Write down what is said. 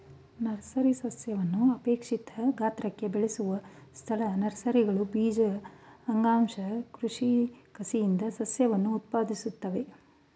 nursery ಸಸ್ಯವನ್ನು ಅಪೇಕ್ಷಿತ ಗಾತ್ರಕ್ಕೆ ಬೆಳೆಸುವ ಸ್ಥಳ ನರ್ಸರಿಗಳು ಬೀಜ ಅಂಗಾಂಶ ಕೃಷಿ ಕಸಿಯಿಂದ ಸಸ್ಯವನ್ನು ಉತ್ಪಾದಿಸುತ್ವೆ